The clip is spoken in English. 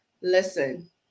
listen